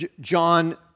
John